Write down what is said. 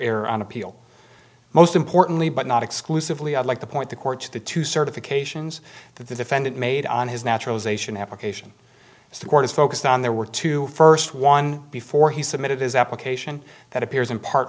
air on appeal most importantly but not exclusively i'd like to point the court to the two certifications that the defendant made on his naturalization application as the court is focused on there were two first one before he submitted his application that appears in part